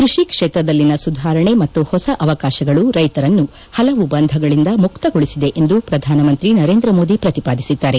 ಕೃಷಿ ಕ್ಷೇತ್ರದಲ್ಲಿನ ಸುಧಾರಣೆ ಮತ್ತು ಹೊಸ ಅವಕಾಶಗಳು ರೈತರನ್ನು ಹಲವು ಬಂಧಗಳಿಂದ ಮುಕ್ತಗೊಳಿಸಿದೆ ಎಂದು ಪ್ರಧಾನ ಮಂತ್ರಿ ನರೇಂದ್ರ ಮೋದಿ ಪ್ರತಿಪಾದಿಸಿದ್ದಾರೆ